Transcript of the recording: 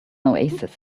oasis